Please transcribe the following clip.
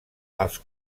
els